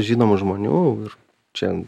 žinomų žmonių ir čia